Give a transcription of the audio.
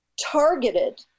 targeted